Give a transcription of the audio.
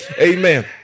amen